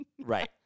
Right